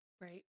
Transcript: Right